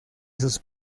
sus